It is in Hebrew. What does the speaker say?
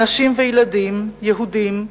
נשים וילדים, יהודים,